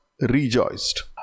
rejoiced